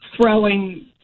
throwing